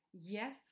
Yes